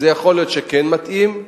יכול להיות שזה כן מתאים,